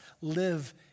live